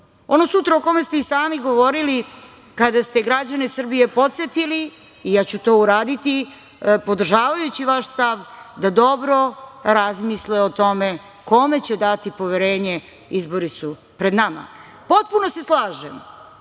ono sutra o kome ste i sami govorili kada ste građane Srbije podsetili, i ja ću to uraditi, podržavajući vaš stav da dobro razmisle o tome kome će dati poverenje – izbori su pred nama. Potpuno se slažem